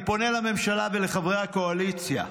אני פונה לממשלה ולחברי הקואליציה: